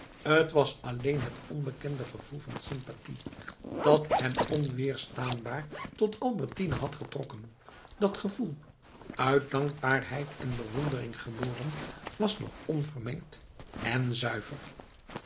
t was alleen het onbekende gevoel van sympathie dat hem onweerstaanbaar tot albertine had getrokken dat gevoel uit dankbaarheid en bewondering geboren was nog onvermengd en zuiver